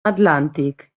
atlàntic